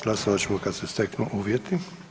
Glasovat ćemo kad se steknu uvjeti.